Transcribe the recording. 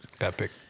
epic